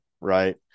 right